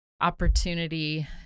opportunity